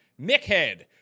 Mickhead